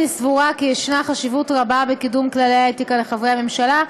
אני סבורה שיש חשיבות רבה בקידום כללי האתיקה לחברי הממשלה,